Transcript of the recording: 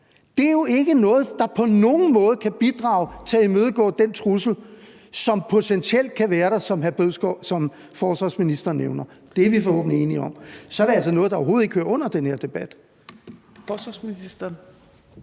det er jo ikke noget, der på nogen måde kan bidrage til at imødegå den trussel, som potentielt kan være der, som forsvarsministeren nævner. Det er vi forhåbentlig enige om, og så er det altså noget, der overhovedet ikke hører under den her debat.